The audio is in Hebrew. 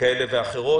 כאלה ואחרות.